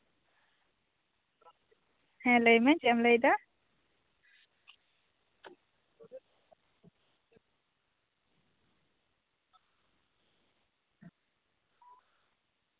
ᱦᱮᱸ ᱞᱟᱹᱭ ᱢᱮ ᱪᱮᱫ ᱮᱢ ᱞᱟᱹᱭ ᱮᱫᱟ